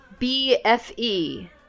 BFE